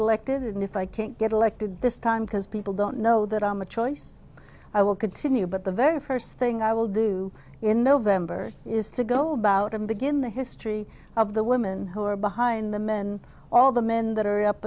elected and if i can't get elected this time because people don't know that i'm a choice i will continue but the very first thing i will do in the of them is to go about and begin the history of the women who are behind the men all the men that are up